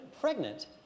pregnant